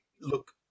Look